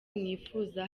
mwifuza